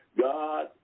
God